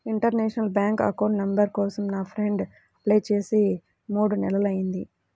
international bank account number కోసం నా friend apply చేసి మూడు నెలలయ్యింది